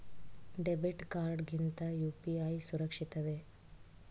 Debit card ಗಿಂತ UPI ಸುರಕ್ಷಿತವೇ?